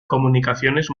comunicaciones